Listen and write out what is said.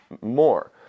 More